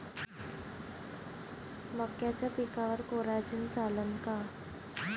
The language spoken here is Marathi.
मक्याच्या पिकावर कोराजेन चालन का?